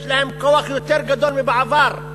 יש להם כוח יותר גדול מבעבר,